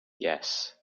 yes